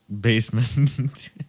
basement